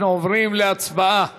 אנחנו עוברים להצבעה על